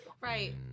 right